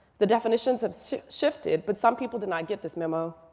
the definitions have shifted. but some people did not get this memo.